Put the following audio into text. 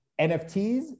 NFTs